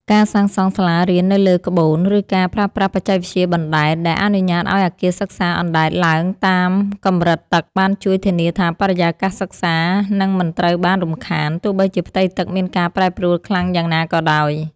ការសាងសង់សាលារៀននៅលើក្បូន ឬការប្រើប្រាស់បច្ចេកវិទ្យាបណ្តែត ដែលអនុញ្ញាតឱ្យអគារសិក្សាអណ្តែតឡើងតាមកម្រិតទឹក បានជួយធានាថាបរិយាកាសសិក្សានឹងមិនត្រូវបានរំខាន ទោះបីជាផ្ទៃទឹកមានការប្រែប្រួលខ្លាំងយ៉ាងណាក៏ដោយ។